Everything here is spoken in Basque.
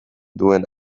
duen